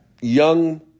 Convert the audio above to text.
young